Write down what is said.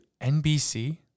NBC